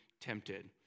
tempted